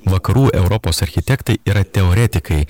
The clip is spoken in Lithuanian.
vakarų europos architektai yra teoretikai